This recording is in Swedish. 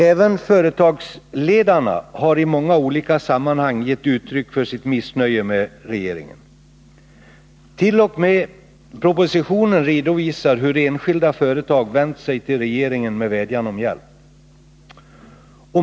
Även företagsledarna har i många olika sammanhang gett uttryck för sitt missnöje med regeringen. T. o. m. i propositionen redovisas hur enskilda företag vänt sig till regeringen med vädjan om hjälp.